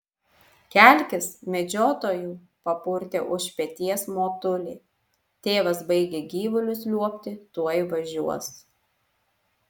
kelkis medžiotojau papurtė už peties motulė tėvas baigia gyvulius liuobti tuoj važiuos